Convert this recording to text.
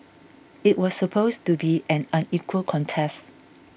it was supposed to be an unequal contest